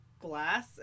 glass